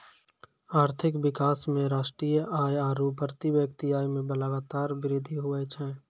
आर्थिक विकास मे राष्ट्रीय आय आरू प्रति व्यक्ति आय मे लगातार वृद्धि हुवै छै